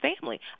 family